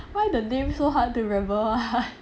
why the name so hard to remember [one]